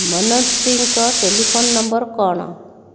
ମନୋଜ ସିଂଙ୍ଗଙ୍କ telephone number କ'ଣ